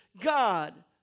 God